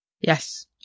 Yes